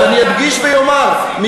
אז אני אדגיש ואומר, לא לקחנו פחות מסים.